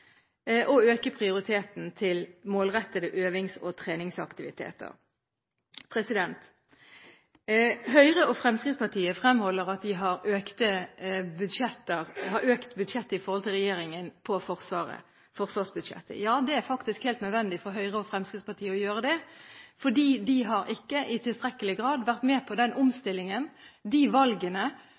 øke prioriteten til målrettede øvings- og treningsaktiviteter. Høyre og Fremskrittspartiet fremholder at de, sammenlignet med regjeringen, har økt forsvarsbudsjettet. Det er faktisk helt nødvendig for Høyre og Fremskrittspartiet å gjøre det, for de har ikke i tilstrekkelig grad vært med på den omstillingen, de valgene